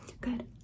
Good